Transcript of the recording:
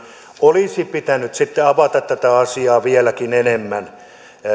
olisi pitänyt avata asiaa vieläkin enemmän